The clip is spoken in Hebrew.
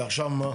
ועכשיו מה?